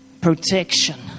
Protection